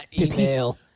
Email